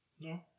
No